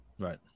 right